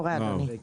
קורה, אדוני.